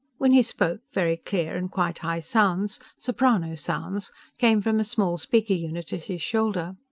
when he spoke, very clear and quite high sounds soprano sounds came from a small speaker-unit at his shoulder.